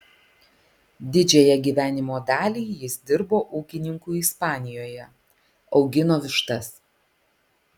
didžiąją gyvenimo dalį jis dirbo ūkininku ispanijoje augino vištas